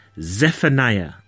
Zephaniah